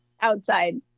outside